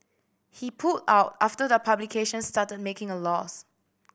he pulled out after the publication started making a loss